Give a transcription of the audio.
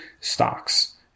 stocks